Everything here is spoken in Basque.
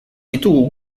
ditugu